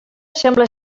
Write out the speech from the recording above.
sembla